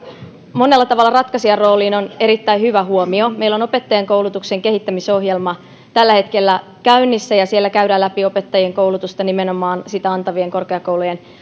monella tavalla ratkaisijan rooliin on erittäin hyvä huomio meillä on opettajankoulutuksen kehittämisohjelma tällä hetkellä käynnissä ja siellä käydään läpi opettajien koulutusta nimenomaan sitä antavien korkeakoulujen